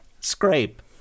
Scrape